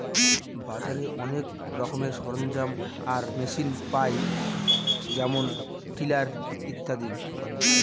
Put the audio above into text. বাজারে অনেক রকমের সরঞ্জাম আর মেশিন পায় যেমন টিলার ইত্যাদি